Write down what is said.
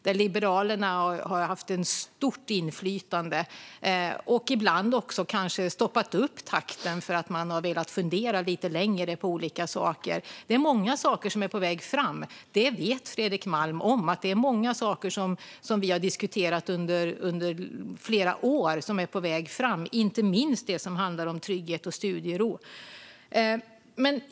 Där har Liberalerna haft stort inflytande och har ibland kanske också bromsat takten för att man har velat fundera lite längre på olika saker. Det är många saker som är på väg fram. Det vet Fredrik Malm. Många saker som vi har diskuterat under flera år är på väg fram, inte minst när det handlar om trygghet och studiero.